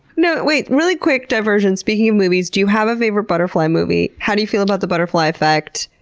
no wait, really quick diversion. speaking of movies, do you have a favorite butterfly movie? how do you feel about the butterfly effect?